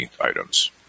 items